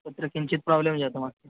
तत्र किञ्चित् प्रोब्लं जातमासीत्